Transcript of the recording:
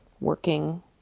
working